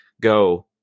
go